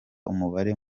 umubare